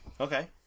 Okay